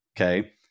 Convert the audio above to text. okay